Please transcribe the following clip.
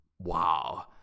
Wow